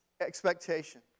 expectation